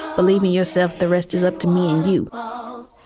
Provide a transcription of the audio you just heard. believe me yourself, the rest is up to me and you